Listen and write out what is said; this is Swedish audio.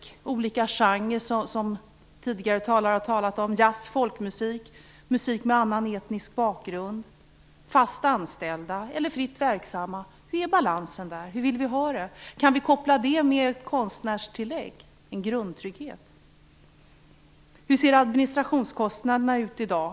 Det gäller olika genrer, som tidigare talare har talat om, såsom jazz, folkmusik, musik med annan etnisk bakgrund. Det gäller också frågan om fast anställda eller fritt verksamma musiker. Hurdan är balansen, och hur vill vi ha det? Kan vi koppla ihop detta med ett konstnärstillägg, en grundtrygghet? Hur ser administrationskostnaderna ut i dag?